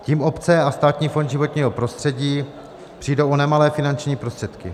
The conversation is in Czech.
Tím obce a Státní fond životního prostředí přijdou o nemalé finanční prostředky.